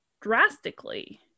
drastically